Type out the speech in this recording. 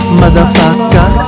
motherfucker